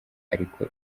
ariko